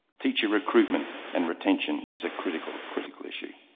teacher recruitment and retention is a critical, critical issue.